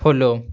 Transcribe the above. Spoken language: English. follow